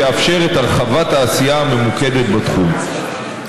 ויאפשר את הרחבת העשייה הממוקדת בתחום.